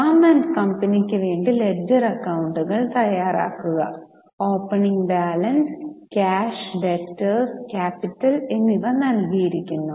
Ram and കമ്പനിക്കു വേണ്ടി ledger അക്കൌണ്ടുകൾ തയ്യാറാക്കുക opening balance cash debtors capital എന്നിവ നൽകിയിരിക്കുന്നു